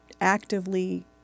actively